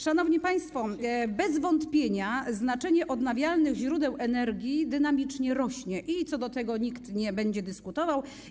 Szanowni państwo, bez wątpienia znaczenie odnawialnych źródeł energii dynamicznie rośnie i nad tym nikt nie będzie dyskutował.